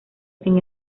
sin